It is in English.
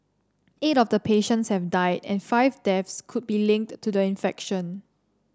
eight of the patients have died and five deaths could be linked to do the infection